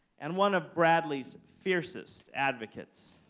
and one of bradley's fiercest advocates.